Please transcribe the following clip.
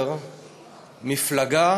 זוכר מפלגה